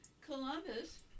Columbus